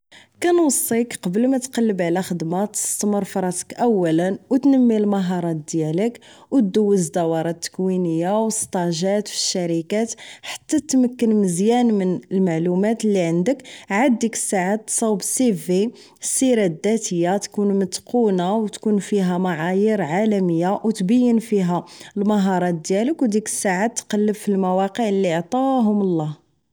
كنوصيك قبل ما تقلب على خدمة تستتمر فراسك اولا و تنمي المهارات ديالك و دوز دورات تكوينية وسطاجات فالشركات حتى تمكن مزيان من المعلومات اللي عندك عاد ديك الساعة تصاوب السيفي السيرة الداتية تكون متقونة و تكون فيها معايير عالمية و تبيين فيها المهارات ديالك و ديك الساعة تقلب فالمواقع اللي عطاهم الله